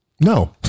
No